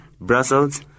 brussels